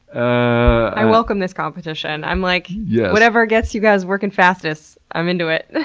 i welcome this competition. i'm, like, yeah whatever gets you guys working fastest. i'm into it.